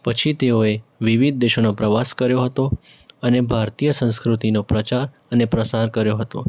પછી તેઓએ વિવિધ દેશોનો પ્રવાસ કર્યો હતો અને ભારતીય સંસ્કૃતિનો પ્રચાર અને પ્રસાર કર્યો હતો